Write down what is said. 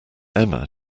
emma